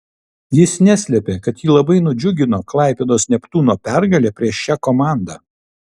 jis neslėpė kad jį labai nudžiugino klaipėdos neptūno pergalė prieš šią komandą